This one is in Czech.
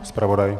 Zpravodaj?